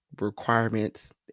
requirements